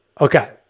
okay